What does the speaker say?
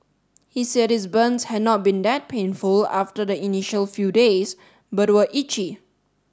he said his burns had not been that painful after the initial few days but were itchy